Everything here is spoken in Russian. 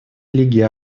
лиги